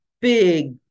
big